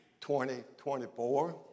2024